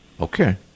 Okay